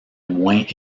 moins